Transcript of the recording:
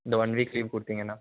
இந்த one week leave கொடுத்திங்கன்னா